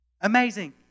Amazing